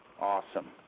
Awesome